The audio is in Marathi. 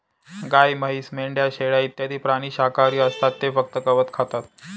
गाय, म्हैस, मेंढ्या, शेळ्या इत्यादी प्राणी शाकाहारी असतात ते फक्त गवत खातात